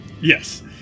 Yes